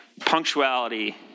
punctuality